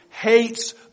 Hates